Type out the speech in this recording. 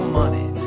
money